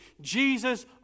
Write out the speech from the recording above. Jesus